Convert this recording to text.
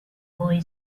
boy